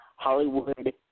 Hollywood